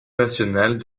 nationales